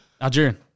Algerian